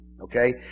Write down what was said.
okay